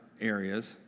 areas